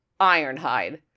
ironhide